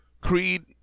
Creed